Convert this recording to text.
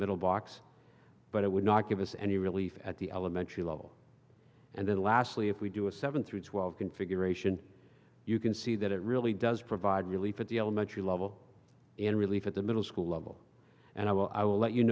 middle box but it would not give us any relief at the elementary level and then lastly if we do a seven through twelve configuration you can see that it really does provide relief at the elementary level in relief at the middle school level and i will